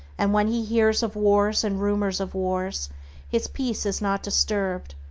and when he hears of wars and rumors of wars his peace is not disturbed,